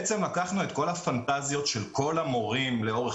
לקחנו את כל הפנטזיות של כול המורים לאורך